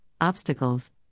obstacles